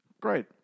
great